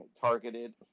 targeted